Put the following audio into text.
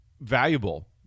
valuable